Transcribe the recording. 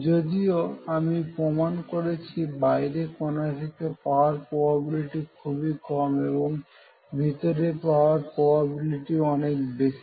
যদিও আমি প্রমাণ করেছি বাইরে কনাটিকে পাওয়ার প্রবাবিলিটি খুবই কম এবং ভিতরে পাওয়ার প্রবাবিলিটি অনেক বেশি